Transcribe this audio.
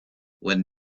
when